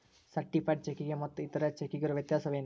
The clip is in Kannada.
ಸರ್ಟಿಫೈಡ್ ಚೆಕ್ಕಿಗೆ ಮತ್ತ್ ಇತರೆ ಚೆಕ್ಕಿಗಿರೊ ವ್ಯತ್ಯಸೇನು?